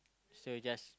so you just